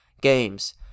games